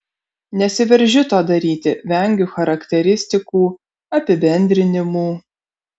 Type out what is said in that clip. nesiveržiu to daryti vengiu charakteristikų apibendrinimų